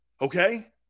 Okay